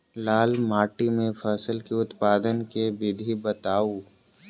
लाल माटि मे फसल केँ उत्पादन केँ विधि बताऊ?